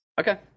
Okay